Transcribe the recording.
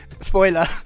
Spoiler